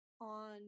on